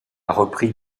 repris